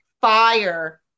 fire